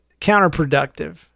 counterproductive